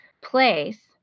place